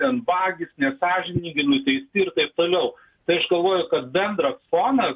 ten vagys nesąžiningi nuteisti ir taip toliau tai aš galvoju kad bendras fonas